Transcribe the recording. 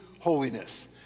holiness